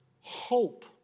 hope